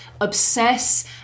obsess